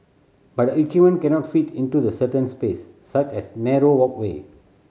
but the equipment cannot fit into the certain space such as narrow walkway